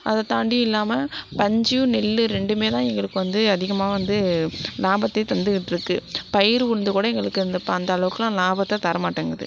அதை தாண்டி இல்லாம பஞ்சு நெல் ரெண்டுமேதான் எங்களுக்கு வந்து அதிகமாக வந்து லாபத்தே தந்துகிட்டு இருக்குது பயிர் உளுந்து கூட எங்களுக்கு அந்தளவுக்குலாம் லாபத்தை தரமாட்டேங்குது